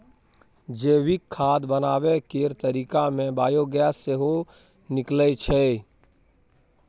जैविक खाद बनाबै केर तरीका मे बायोगैस सेहो निकलै छै